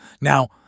Now